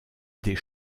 des